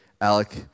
Alec